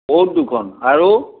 board দুখন আৰু